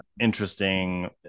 interesting